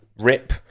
rip